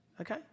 Okay